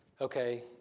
okay